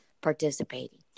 participating